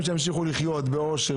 שימשיכו לחיות באושר,